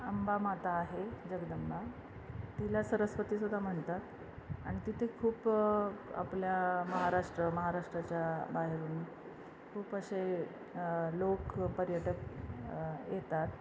अंबामाता आहे जगदंबा तिला सरस्वतीसुद्धा म्हणतात आणि तिथे खूप आपल्या महाराष्ट्र महाराष्ट्राच्या बाहेरून खूप असे लोक पर्यटक येतात